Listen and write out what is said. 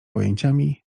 pojęciami